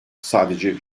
sadece